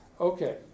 Okay